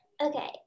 Okay